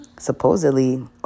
Supposedly